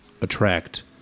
attract